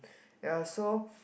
ya so